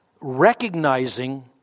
recognizing